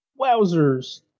Wowzers